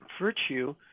Virtue